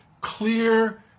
clear